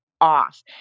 off